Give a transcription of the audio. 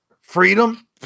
Freedom